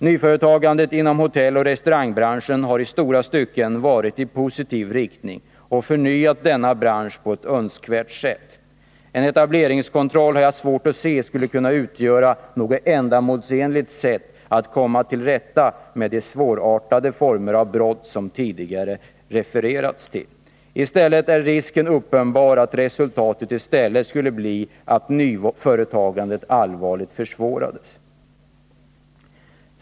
Nyföretagandet inom hotelloch restaurangbranschen har i stora stycken utvecklats i positiv riktning och förnyat denna bransch på ett önskvärt sätt. Jag har svårt att se att etableringskontroll skulle kunna utgöra något ändamålsenligt medel att komma till rätta med de svårartade former av brott som tidigare refererats till. Risken är uppenbar att resultatet i stället skulle bli att nyföretagandet allvarligt försvårades.